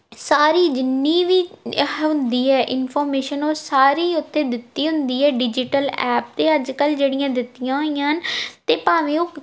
ਸਾਰੀ ਜਿੰਨੀ ਵੀ ਹੁੰਦੀ ਹੈ ਇਨਫੋਰਮੇਸ਼ਨ ਉਹ ਸਾਰੀ ਉੱਤੇ ਦਿੱਤੀ ਹੁੰਦੀ ਹੈ ਡਿਜੀਟਲ ਐਪ 'ਤੇ ਅੱਜ ਕੱਲ੍ਹ ਜਿਹੜੀਆਂ ਦਿੱਤੀਆਂ ਹੋਈਆਂ ਹਨ ਅਤੇ ਭਾਵੇਂ ਉਹ